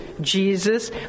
Jesus